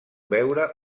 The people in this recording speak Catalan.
veure